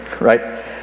right